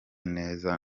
neza